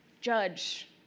judge